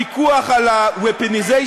הפיקוח על ה-weaponization,